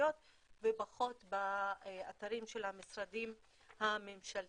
החברתיות ופחות באתרים של המשרדים הממשלתיים,